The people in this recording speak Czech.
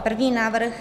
První návrh.